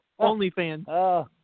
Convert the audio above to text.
OnlyFans